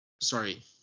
Sorry